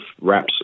wraps